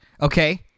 okay